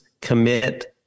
commit